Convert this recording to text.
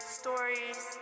stories